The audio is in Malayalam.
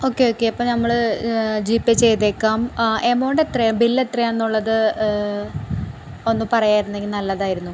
ഓക്കെ ഓക്കെ അപ്പോള് നമ്മള് ജി പേ ചെയ്തേക്കാം എമൗണ്ട് എത്രയാണ് ബില് എത്രയാണ് എന്നുള്ളത് ഒന്ന് പറയാമായിരുന്നു എങ്കിൽ നല്ലതായിരുന്നു